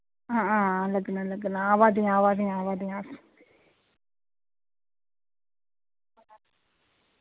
हां हां लग्गना लग्गना आवा दियां आवा दियां आवा दियां